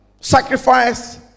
sacrifice